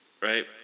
Right